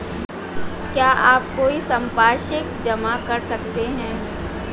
क्या आप कोई संपार्श्विक जमा कर सकते हैं?